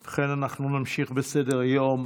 ובכן, אנחנו נמשיך בסדר-היום: